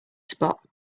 spot